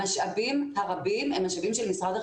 המשאבים הרבים הם משאבים של משרד החינוך.